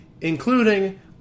including